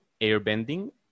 airbending